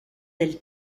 del